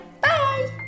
bye